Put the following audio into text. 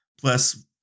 Plus